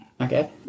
okay